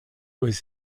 was